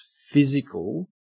physical